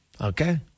Okay